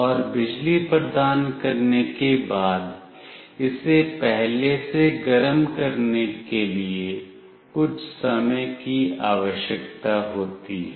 और बिजली प्रदान करने के बाद इसे पहले से गर्म करने के लिए कुछ समय की आवश्यकता होती है